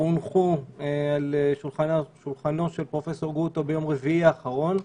הונחו על שולחנו של פרופ' גרוטו ביום רביעי האחרון,